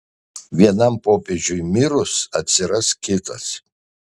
vienam popiežiui mirus atsiras kitas